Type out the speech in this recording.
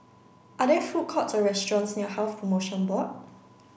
are there food courts or restaurants near Health Promotion Board